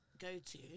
go-to